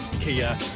Kia